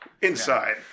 inside